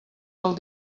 del